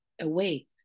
away